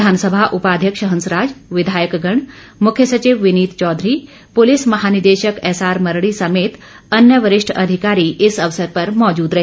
विधानसभा उपाध्यक्ष हंसराज विधायकगण मुख्य सचिव विनीत चौधरी पुलिस महानिदेशक एसआर मरड़ी समेत अन्य वरिष्ठ अधिकारी इस अवसर पर मौजूद रहे